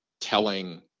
telling